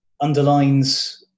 underlines